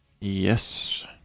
Yes